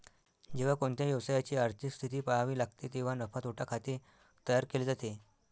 जेव्हा कोणत्याही व्यवसायाची आर्थिक स्थिती पहावी लागते तेव्हा नफा तोटा खाते तयार केले जाते